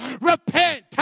repent